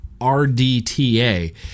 RDTA